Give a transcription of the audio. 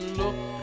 look